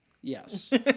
Yes